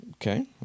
Okay